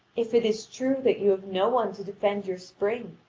if it is true that you have no one to defend your spring,